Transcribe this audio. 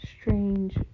strange